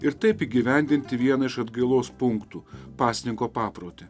ir taip įgyvendinti vieną iš atgailos punktų pasninko paprotį